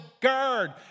guard